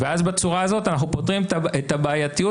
בצורה הזאת אנחנו פותרים את הבעייתיות,